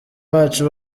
bacu